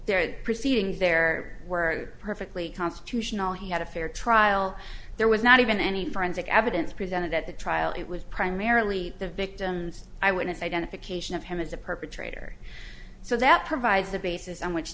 there proceedings there were perfectly constitutional he had a fair trial there was not even any forensic evidence presented at the trial it was primarily the victims i would have identification of him as a perpetrator so that provides a basis on which